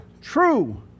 true